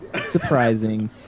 surprising